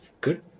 good